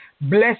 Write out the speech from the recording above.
Bless